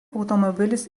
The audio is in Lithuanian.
automobilis